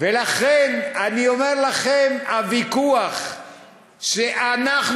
ולכן אני אומר לכם: הוויכוח שאנחנו,